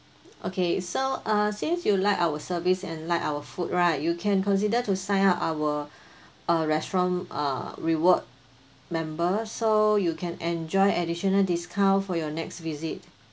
okay so uh since you like our service and like our food right you can consider to sign up our uh restaurant uh reward member so you can enjoy additional discount for your next visit